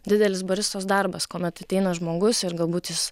didelis baristos darbas kuomet ateina žmogus ir galbūt jis